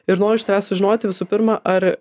ir noriu iš tavęs sužinoti visų pirma ar